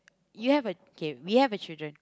you have a kay we have a children